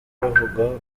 abavugwa